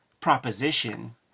proposition